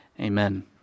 Amen